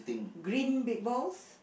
green big balls